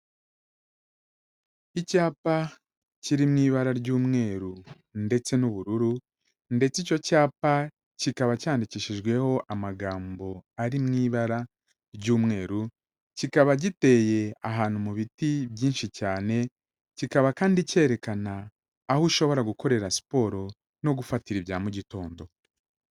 Icyapa kiri mu ibara ry'umweru ndetse n'ubururu ndetse icyo cyapa kikaba cyandikishijweho amagambo ari mu ibara ry'umweru kikaba giteye ahantu mu biti byinshi cyane, kikaba kandi cyerekana aho ushobora gukorera siporo no gufatira ibya mu mugitondo.